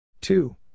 Two